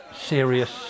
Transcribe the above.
serious